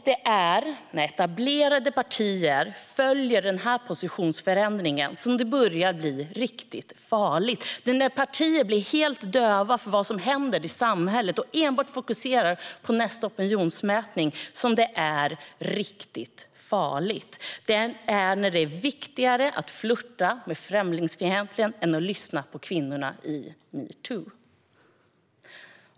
Det är när etablerade partier följer med i denna positionsförändring som det börjar bli riktigt farligt. Det är när partier blir helt döva för vad som händer i samhället och enbart fokuserar på nästa opinionsmätning som det är riktigt farligt. Det är farligt när det är viktigare att flirta med främlingsfientligheten än att lyssna på kvinnorna i metoo.